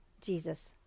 Jesus